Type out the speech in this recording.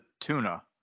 tuna